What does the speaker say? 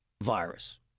virus